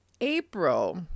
April